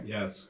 Yes